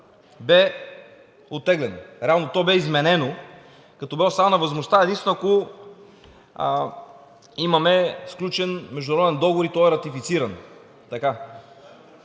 бе оттеглено. Реално то бе изменено, като остана възможността единствено ако имаме сключен международен договор и той е ратифициран. ХАСАН